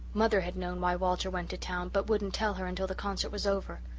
mother had known why walter went to town but wouldn't tell her until the concert was over.